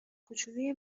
کوچلوی